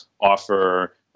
offer